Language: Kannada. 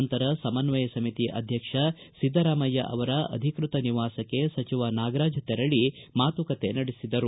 ನಂತರ ಸಮನ್ವಯ ಸಮಿತಿ ಅಧ್ಯಕ್ಷ ಿದ್ದರಾಮಯ್ಯ ಅವರ ಅಧಿಕೃತ ನಿವಾಸಕ್ಕೆ ಸಚಿವ ನಾಗರಾಜ್ ತೆರಳಿ ಮಾತುಕತೆ ನಡೆಸಿದರು